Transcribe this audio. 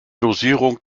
dosierung